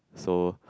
so